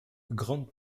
grandes